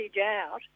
out